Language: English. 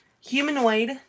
Humanoid